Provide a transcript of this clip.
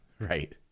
Right